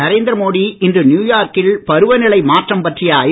நரேந்திர மோடி இன்று நியுயார்க் கில் பருவநிலை மாற்றம் பற்றிய ஐ